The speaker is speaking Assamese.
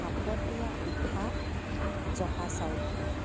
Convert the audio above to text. ভাপত দিয়া পিঠা জহা চাউল